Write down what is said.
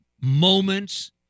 moments